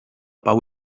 pau